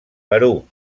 perú